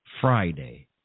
Friday